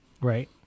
Right